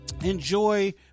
enjoy